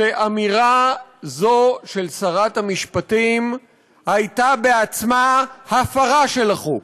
שאמירה זו של שרת המשפטים הייתה בעצמה הפרה של החוק.